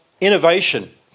innovation